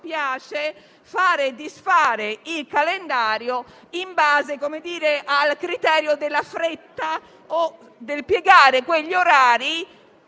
piace fare e disfare il calendario in base al criterio della fretta, piegando gli orari